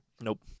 Nope